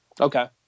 Okay